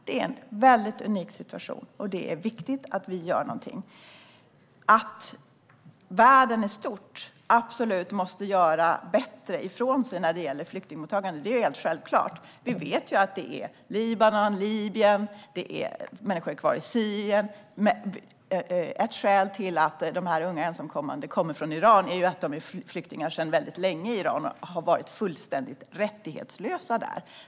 Det är en unik situation, och det är viktigt att vi gör någonting. Att världen i stort måste göra bättre ifrån sig när det gäller flyktingmottagande är helt självklart. Vi vet att människor kommer från till exempel Libanon och Libyen, och vi vet att människor är kvar i Syrien. Ett skäl till att unga ensamkommande kommer från Iran är att de sedan länge är flyktingar i Iran och har varit fullständigt rättighetslösa där.